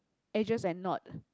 ages and knot